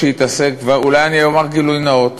אולי אני אומר גילוי נאות,